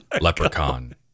leprechaun